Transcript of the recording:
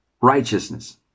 righteousness